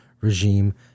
regime